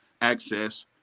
access